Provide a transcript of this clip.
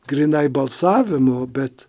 grynai balsavimo bet